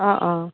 অ' অ'